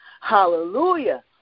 Hallelujah